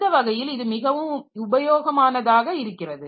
இந்த வகையில் இது மிகவும் உபயோகமானதாக இருக்கிறது